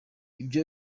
ibyo